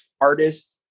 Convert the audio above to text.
artist